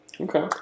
Okay